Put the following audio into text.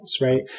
right